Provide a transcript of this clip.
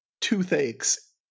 toothaches